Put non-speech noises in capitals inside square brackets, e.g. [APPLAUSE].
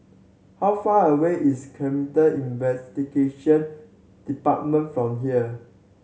how far away is [UNINTELLIGIBLE] Investigation Department from here